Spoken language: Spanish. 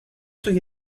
sus